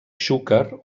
xúquer